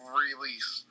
release